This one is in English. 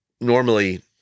Normally